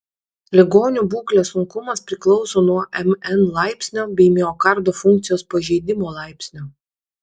ligonių būklės sunkumas priklauso nuo mn laipsnio bei miokardo funkcijos pažeidimo laipsnio